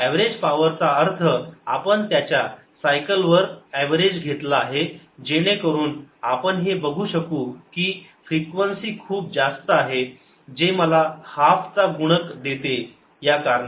average power चा अर्थ आपण त्याच्या सायकल वर एव्हरेज घेतला आहे जेणेकरून आपण हे बघू शकू की फ्रिक्वेन्सी खूप जास्त आहे जे मला हाल्फ चा गुणक देते या कारणामुळे